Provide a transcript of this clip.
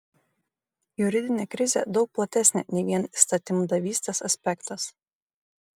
juridinė krizė daug platesnė nei vien įstatymdavystės aspektas